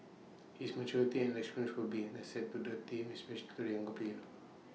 his maturity and experience will be an asset to the team especially to the younger players